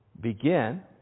Begin